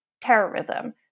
terrorism